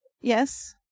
Yes